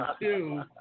two